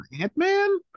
Ant-Man